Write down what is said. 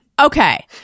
Okay